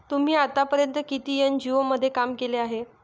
तुम्ही आतापर्यंत किती एन.जी.ओ मध्ये काम केले आहे?